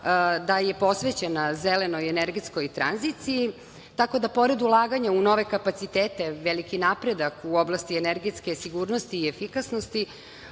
da je posvećena na zelenoj energetskoj tranziciji, tako da pored ulaganja u nove kapacitete, veliki napredak u oblasti energetske sigurnosti i efikasnosti,